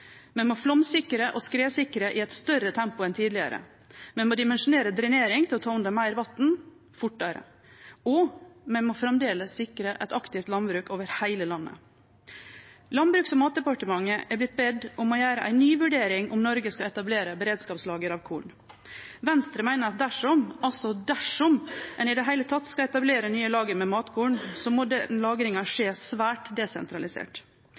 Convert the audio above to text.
Me må flaumsikre og skredsikre i eit større tempo enn tidlegare. Me må dimensjonere drenering til å ta unna meir vatn, fortare. Og me må framleis sikre eit aktivt landbruk over heile landet. Landbruks- og matdepartementet er vorte bedt om å gjere ei ny vurdering av om Noreg skal etablere eit beredskapslager av korn. Venstre meiner at dersom – dersom! – ein i det heile tatt skal etablere nye lager med matkorn, så må lagringa skje svært desentralisert.